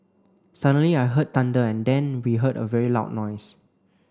suddenly I heard thunder and then we heard a very loud noise